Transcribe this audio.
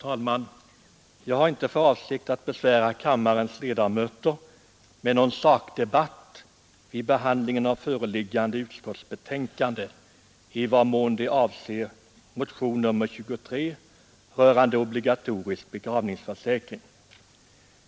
Herr talman! Jag har inte för avsikt att besvära kammarens ledamöter med någon sakdebatt vid behandlingen av föreliggande utskottsbetänkande i den mån det avser motionen 23 rörande obligatorisk begravningsförsäkring.